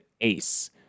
ace